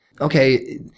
Okay